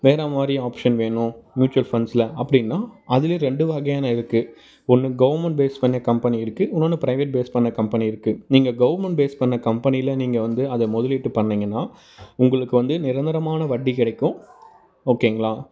வேறு மாதிரி ஆப்ஷன் வேணும் மியூட்சுவல் ஃபண்ட்ஸ்ல அப்படின்னா அதுலையும் ரெண்டு வகையான இருக்கு ஒன்று கவுர்மெண்ட் பேஸ் பண்ணி கம்பெனி இருக்கு இன்னொன்னு ப்ரைவேட் பேஸ் பண்ண கம்பெனி இருக்கு நீங்கள் கவுர்மெண்ட் பேஸ் பண்ண கம்பெனியில் நீங்கள் வந்து அதை முதலீட்டு பண்ணீங்கன்னா உங்களுக்கு வந்து நிரந்தரமான வட்டி கிடைக்கும் ஓகேங்களா